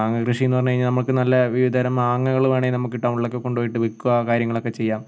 മാങ്ങ കൃഷി എന്ന് പറഞ്ഞുകഴിഞ്ഞാൽ നമുക്ക് നല്ല വിവിധ തരം മാങ്ങകൾ വേണമെങ്കിൽ നമുക്ക് ടൗണിൽ ഒക്കെ കൊണ്ടുപോയി വിൽക്കുക കാര്യങ്ങളൊക്കെ ചെയ്യാം